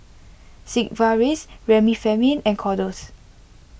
Sigvaris Remifemin and Kordel's